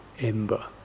ember